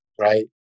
right